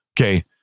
Okay